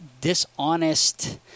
dishonest